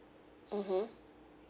mmhmm